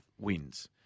wins